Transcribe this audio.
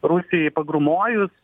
rusijai pagrūmojus